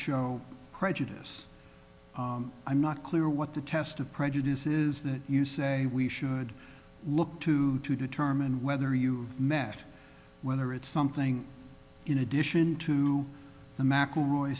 show prejudice i'm not clear what the test of prejudice is that you say we should look to to determine whether you met whether it's something in addition to the mcelroy